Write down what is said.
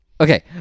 Okay